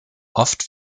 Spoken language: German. oft